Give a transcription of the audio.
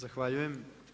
Zahvaljujem.